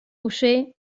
uschè